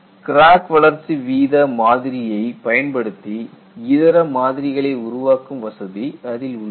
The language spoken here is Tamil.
கிராக் வளர்ச்சி வீத மாதிரியைப் பயன்படுத்தி இதர மாதிரிகளை உருவாக்கும் வசதி அதில் உள்ளது